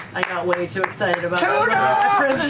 i got way too excited about